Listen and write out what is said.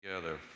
Together